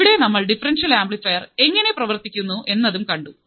ഇവിടെ നമ്മൾ differential amplifier എങ്ങനെ പ്രവർത്തിക്കുന്നു എന്നതും കണ്ടു